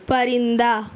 پرندہ